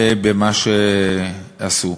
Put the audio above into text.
במה שעשו.